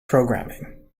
programming